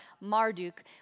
Marduk